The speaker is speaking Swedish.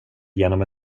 genom